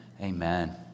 Amen